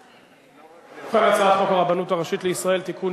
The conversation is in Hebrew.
את הצעת חוק הרבנות הראשית לישראל (תיקון,